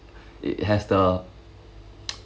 it has the